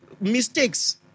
mistakes